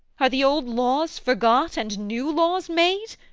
are the old laws forgot, and new laws made?